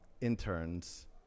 interns